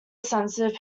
sensitive